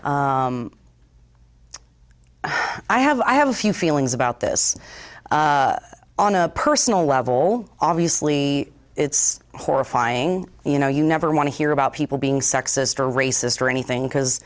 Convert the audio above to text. i have i have a few feelings about this on a personal level obviously it's horrifying you know you never want to hear about people being sexist or racist or anything because